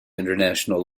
international